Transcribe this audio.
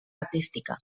artística